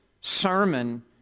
sermon